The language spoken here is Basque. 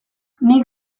nik